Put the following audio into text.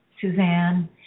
Suzanne